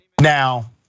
Now